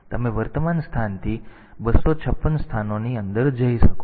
તેથી તમે વર્તમાન સ્થાનથી 256 સ્થાનોની અંદર જઈ શકો છો